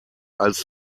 als